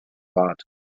bad